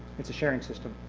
it's a sharing system.